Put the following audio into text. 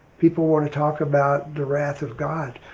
people want to talk about the wrath of god,